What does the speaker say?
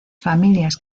familias